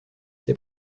ces